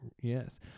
Yes